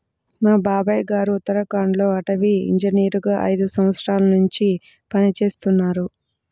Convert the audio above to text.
మా బాబాయ్ గారు ఉత్తరాఖండ్ లో అటవీ ఇంజనీరుగా ఐదు సంవత్సరాల్నుంచి పనిజేత్తన్నారు